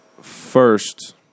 first